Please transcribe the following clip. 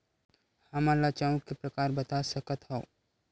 हमन ला चांउर के प्रकार बता सकत हव?